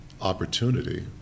opportunity